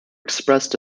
expressed